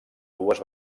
dues